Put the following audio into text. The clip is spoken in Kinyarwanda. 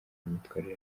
imyitwarire